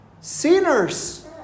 sinners